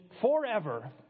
forever